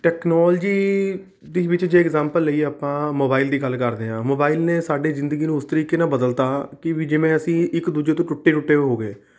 technology ਦੇ ਵਿੱਚ ਜੇ ਇੰਗਜ਼ਾਮਪਲ ਲਈਏ ਆਪਾਂ ਮੋਬਾਈਲ ਦੀ ਗੱਲ ਕਰਦੇ ਹਾਂ ਮੋਬਾਇਲ ਨੇ ਸਾਡੇ ਜ਼ਿੰਦਗੀ ਨੂੰ ਉਸ ਤਰੀਕੇ ਨਾਲ ਬਦਲਤਾ ਕਿ ਜਿਵੇਂ ਅਸੀਂ ਇੱਕ ਦੂਜੇ ਤੋਂ ਟੁੱਟੇ ਟੁੱਟੇ ਹੋ ਗਏ